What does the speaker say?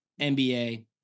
NBA